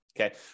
okay